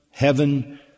heaven